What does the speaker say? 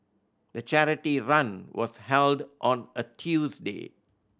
the charity run was held on a Tuesday